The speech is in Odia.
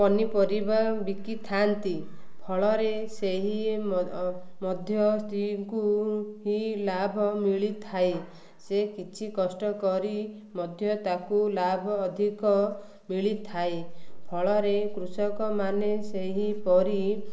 ପନିପରିବା ବିକିଥାନ୍ତି ଫଳରେ ସେହି ମଧ୍ୟ ସ୍ତ୍ରୀଙ୍କୁ ହିଁ ଲାଭ ମିଳିଥାଏ ସେ କିଛି କଷ୍ଟ କରି ମଧ୍ୟ ତାକୁ ଲାଭ ଅଧିକ ମିଳିଥାଏ ଫଳରେ କୃଷକମାନେ ସେହିପରି